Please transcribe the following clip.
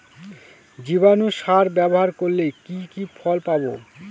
জীবাণু সার ব্যাবহার করলে কি কি ফল পাবো?